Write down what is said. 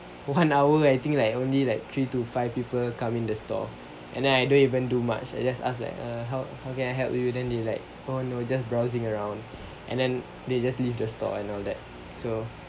one hour I think like only like three to five people come into the store and I don't even do much I just ask like err how how can I help you then they like oh no just browsing around and then they just leave their store and all that so